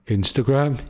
Instagram